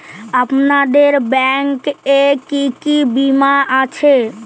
আপনাদের ব্যাংক এ কি কি বীমা আছে?